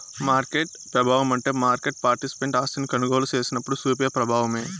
market పెబావమంటే market participant ఆస్తిని కొనుగోలు సేసినప్పుడు సూపే ప్రబావమే